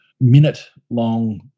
minute-long